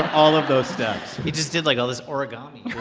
all of those steps he just did, like, all this origami